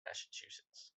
massachusetts